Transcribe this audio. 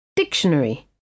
Dictionary